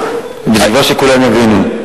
בתקווה שכולם יבינו.